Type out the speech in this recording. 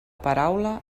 paraula